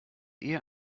eher